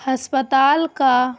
ہسپتال کا